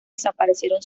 desaparecieron